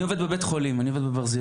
אני עובד בבית חולים ברזילי